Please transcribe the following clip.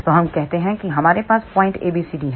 तो हम कहते हैं कि हमारे पास point A B C D है